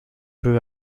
peu